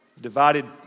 divided